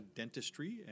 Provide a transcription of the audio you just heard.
dentistry